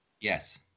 Yes